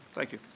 thank you.